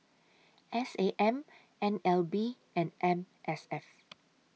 S A M N L B and M S F